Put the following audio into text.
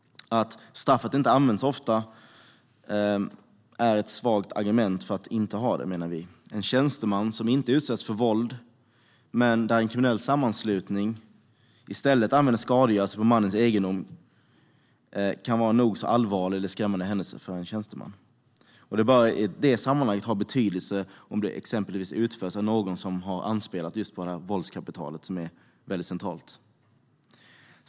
Att straffet inte används ofta är ett svagt argument för att inte ha det, menar vi. En tjänsteman kanske inte utsätts för våld, men om en kriminell sammanslutning i stället använder skadegörelse på dennes egendom kan det vara en nog så allvarlig eller skrämmande händelse för denne. Det bör i ett sådant sammanhang ha betydelse om det exempelvis har utförts av någon som har anspelat på våldskapitalet, som är centralt.